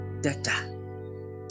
Data